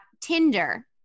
Tinder